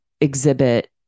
exhibit